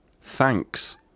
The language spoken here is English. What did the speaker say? Thanks